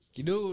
Kido